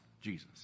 Jesus